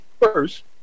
first